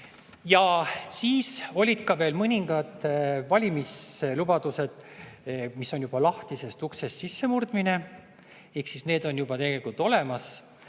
Ja siis olid ka veel mõningad valimislubadused, mis on juba lahtisest uksest sissemurdmine, ehk siis need asjad on juba tegelikult olemas.